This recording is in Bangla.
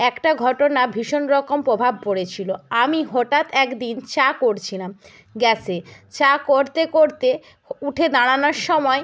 একটা ঘটনা ভীষণ রকম প্রভাব পড়েছিল আমি হঠাৎ একদিন চা করছিলাম গ্যাসে চা করতে করতে উঠে দাঁড়ানোর সময়